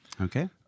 Okay